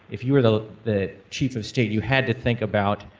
if you were the the chief of state, you had to think about